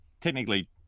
technically